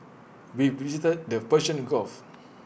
we visited the Persian gulf